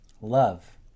love